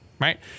right